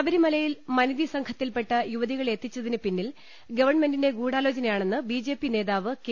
ശബരിമലയിൽ മനിതി സംഘത്തിൽപെട്ട യുവതികളെ എത്തിച്ചതി നുപിന്നിൽ ഗവൺമെന്റിന്റെ ഗൂഢാലോചനയാണെന്ന് ബിജെപി നേതാവ് കെ